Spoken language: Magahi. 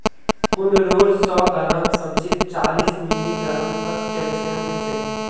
कुंदरूर सौ ग्राम सब्जीत चालीस मिलीग्राम तक कैल्शियम ह छेक